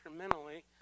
incrementally